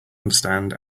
understand